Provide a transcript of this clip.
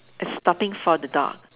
stopping for the dog